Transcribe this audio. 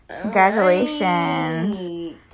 congratulations